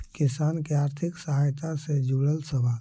किसान के आर्थिक सहायता से जुड़ल सवाल?